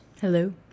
Hello